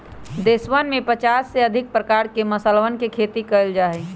देशवन में पचास से अधिक प्रकार के मसालवन के खेती कइल जा हई